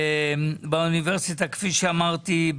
באוניברסיטה כפי שאמרתי,